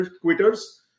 quitters